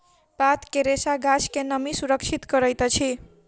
पात के रेशा गाछ के नमी सुरक्षित करैत अछि